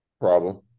Problem